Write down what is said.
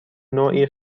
نوعی